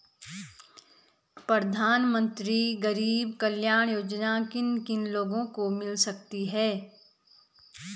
प्रधानमंत्री गरीब कल्याण योजना किन किन लोगों को मिल सकती है?